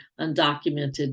undocumented